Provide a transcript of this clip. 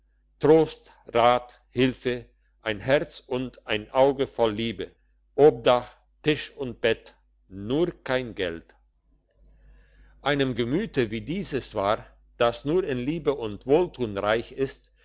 trost rat hilfe ein herz und ein auge voll liebe obdach tisch und bett nur kein geld einem gemüte wie dieses war das nur in liebe und wohltun reich ist